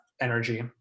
energy